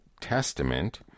Testament